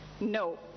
no